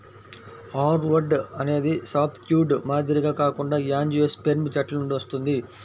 hardwood అనేది softwood మాదిరిగా కాకుండా యాంజియోస్పెర్మ్ చెట్ల నుండి వస్తుంది